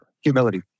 Humility